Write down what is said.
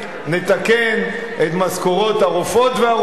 נתקן את משכורות הרופאות והרופאים.